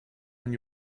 von